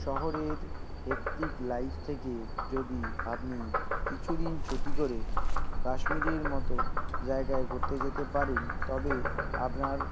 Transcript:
শহরের hectic life থেকে যদি আপনি কিছুদিন ছুটি করে কাশ্মীরের মতো জায়গায় ঘুরতে যেতে পারেন তবে আপনার